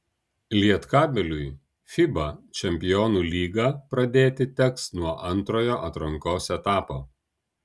lietkabeliui fiba čempionų lygą pradėti teks nuo antrojo atrankos etapo